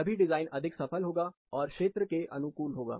तभी डिजाइन अधिक सफल होगा और क्षेत्र के अनुकूल होगा